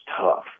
tough